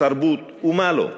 תרבות ומה לא: